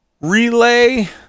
relay